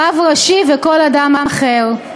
רב ראשי וכל אדם אחר.